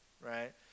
right